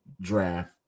draft